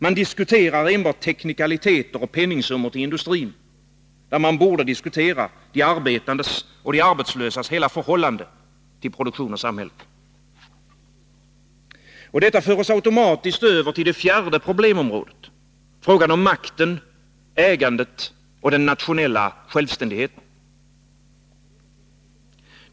Man diskuterar enbart teknikaliteter och penningsummor till industrin, när man borde diskutera de arbetandes och de arbetslösas hela förhållande till produktion och samhälle. Detta för oss automatiskt över till det fjärde problemområdet — frågan om makten, ägandet och den nationella självständigheten.